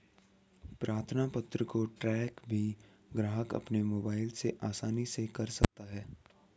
प्रार्थना पत्र को ट्रैक भी ग्राहक अपने मोबाइल से आसानी से कर सकता है